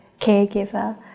caregiver